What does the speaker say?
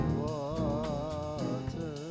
water